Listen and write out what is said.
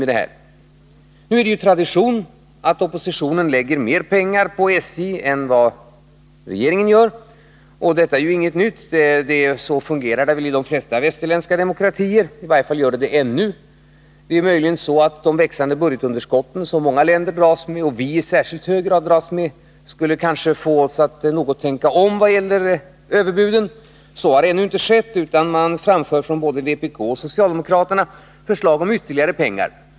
Det är ju tradition att oppositionen lägger mer pengar på SJ än regeringen; det är inget nytt. Så fungerar det väl i de flesta västerländska demokratier, i varje fall ännu. Möjligen skulle de växande budgetunderskotten, som många länder dras med och vi i särskilt hög grad, få oss att tänka om något vad det gäller överbuden, men så har inte skett, utan både vpk och socialdemokraterna framför förslag om ytterligare pengar.